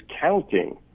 counting